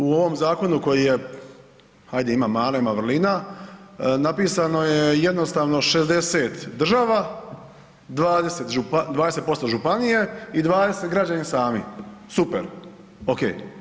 U ovom zakonu koji je ajde ima mana, ima vrlina, napisano je jednostavno 60 država, 20% županije i 20 građani sami, super, ok.